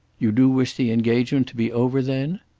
you do wish the engagement to be over then?